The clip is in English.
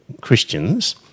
Christians